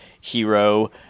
hero